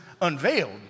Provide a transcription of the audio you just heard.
unveiled